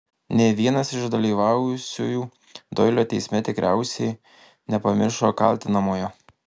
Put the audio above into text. nė vienas iš dalyvavusiųjų doilio teisme tikriausiai nepamiršo kaltinamojo